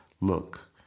look